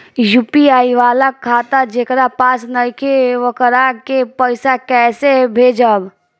UPI वाला खाता जेकरा पास नईखे वोकरा के पईसा कैसे भेजब?